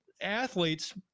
athletes